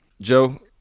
Joe